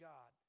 God